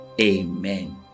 Amen